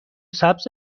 سبز